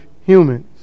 humans